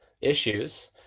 issues